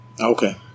Okay